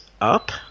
up